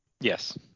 Yes